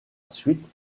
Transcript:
suite